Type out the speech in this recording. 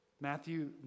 Matthew